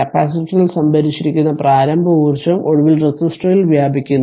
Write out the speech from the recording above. കപ്പാസിറ്ററിൽ സംഭരിച്ചിരിക്കുന്ന പ്രാരംഭ ഊർജ്ജം ഒടുവിൽ റെസിസ്റ്ററിൽ വ്യാപിക്കുന്നു